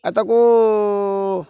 ଏତକୁ